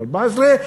2014,